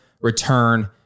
return